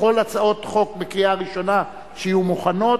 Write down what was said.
אני קובע שהצעת החוק של חברת הכנסת שלי יחימוביץ וחבר הכנסת כרמל שאמה,